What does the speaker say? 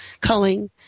culling